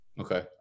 Okay